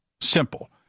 Simple